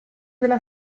della